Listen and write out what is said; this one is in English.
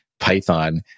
Python